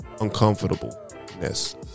uncomfortableness